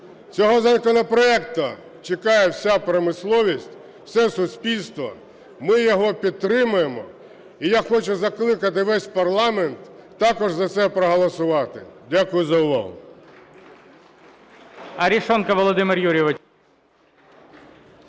Цього законопроекту чекає вся промисловість, все суспільство. Ми його підтримуємо. І я хочу закликати весь парламент також за це проголосувати. Дякую за увагу.